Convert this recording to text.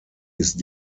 ist